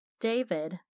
David